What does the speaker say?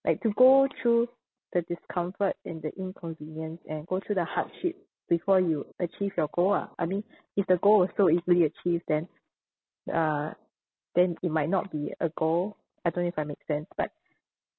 like to go through the discomfort and the inconvenience and go through the hardship before you achieve your goal ah I mean if the goal is so easily achieved then uh then it might not be a goal I don't know if I make sense but